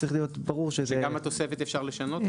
צריך להיות ברור שזה --- שגם את התוספת אפשר לשנות?